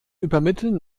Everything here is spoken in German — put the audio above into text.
übermitteln